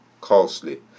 costly